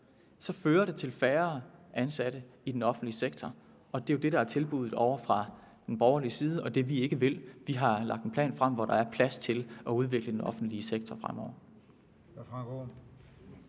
så fører det til færre ansatte i den offentlige sektor. Det er jo det, der er tilbuddet ovre fra den borgerlige side, og det, vi ikke vil. Vi har lagt en plan frem, hvor der er plads til at udvikle den offentlige sektor fremover.